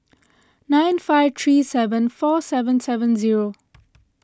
nine five three seven four seven seven zero